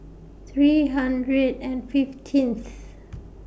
three hundred and fifteenth